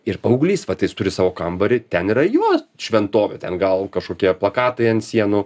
ir paauglys vat jis turi savo kambarį ten yra jo šventovė ten gal kažkokie plakatai ant sienų